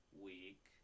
week